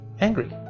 angry